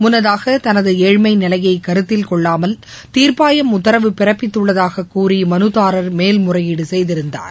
முன்னதாக தனது ஏழ்மை நிலையை கருத்தில் கொள்ளாமல் தீர்ப்பாயம் உத்தரவு பிறப்பித்துள்ளதாக கூறி மனுதாரர் மேல்முறையீடு செய்திருந்தார்